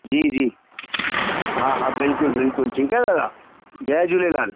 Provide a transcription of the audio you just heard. जी जी हा हा बिल्कुलु बिल्कुलु ठीक आहे दादा जय झूलेलाल